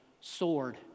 sword